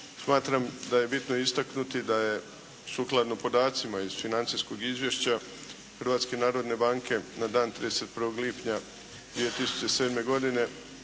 Smatram da je bitno istaknuti da je sukladno podacima iz financijskog izvješća Hrvatske narodne banke na dan 31. lipnja 2007. godine,